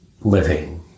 living